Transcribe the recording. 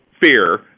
fear